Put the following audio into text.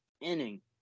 inning